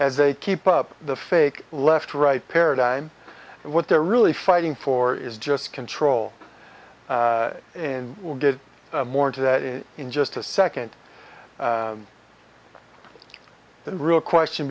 as they keep up the fake left right paradigm and what they're really fighting for is just control and will get more into that in in just a second the real question